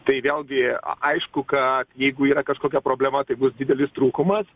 tai vėlgi a aišku kad jeigu yra kažkokia problema tai bus didelis trūkumas